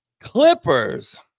clippers